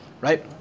Right